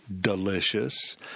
delicious